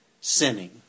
sinning